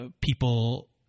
people